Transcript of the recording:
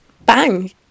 bang